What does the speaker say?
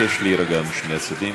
אני מבקש להירגע, משני הצדדים.